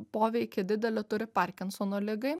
poveikį didelį turi parkinsono ligai